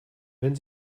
wenn